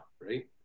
right